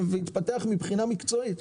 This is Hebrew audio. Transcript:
והתפתח מבחינה מקצועית.